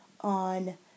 on